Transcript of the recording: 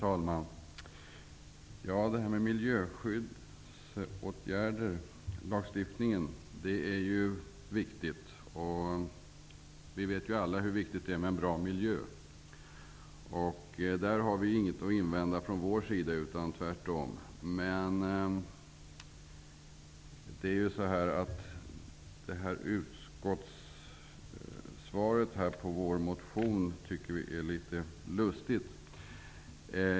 Herr talman! Lagstiftningen beträffande miljöskyddsåtgärder är viktig. Vi vet ju alla hur viktigt det är att ha en bra miljö. På den punkten har vi inget att invända, tvärtom. Men utskottets svar på vår motion tycker vi är litet lustigt.